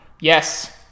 Yes